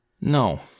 No